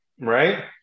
right